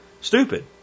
stupid